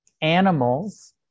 animals